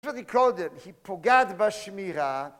קודם, היא פוגעת בשמירה